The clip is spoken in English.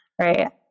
right